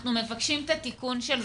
ואנחנו מבקשים את התיקון של זה.